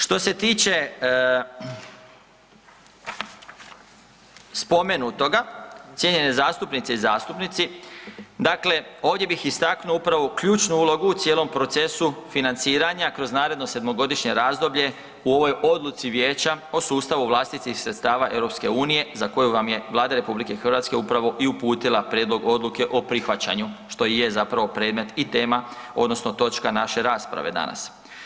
Što se tiče spomenutoga cijenjene zastupnice i zastupnici, dakle ovdje bih istaknuo upravo ključnu ulogu u cijelom procesu financiranja kroz naredno 7.-godišnje razdoblje u ovoj odluci Vijeća o sustavu vlastitih sredstava EU za koju vam je Vlada RH upravo i uputila prijedlog odluke o prihvaćanju, što i je zapravo predmet i tema odnosno točka naše rasprave danas.